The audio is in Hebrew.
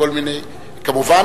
כמובן,